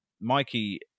Mikey